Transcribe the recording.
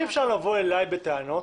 אי אפשר לבוא אלי בטענות